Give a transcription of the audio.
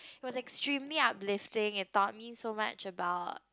it was extremely uplifting it taught me so much about